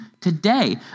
today